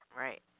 Right